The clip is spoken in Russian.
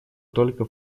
только